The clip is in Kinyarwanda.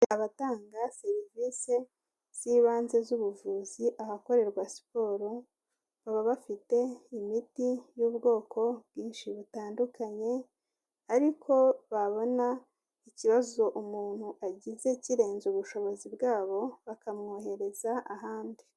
Abatanga serivisi z'ibanze z'ubuvuzi ahakorerwa siporo, baba bafite imiti y'ubwoko bwinshi butandukanye ariko babona ikibazo umuntu agize kirenze ubushobozi bwabo, bakamwohereza ahandi.